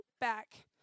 back